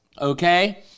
okay